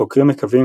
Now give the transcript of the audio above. החוקרים מקווים,